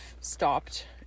stopped